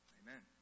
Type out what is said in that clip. amen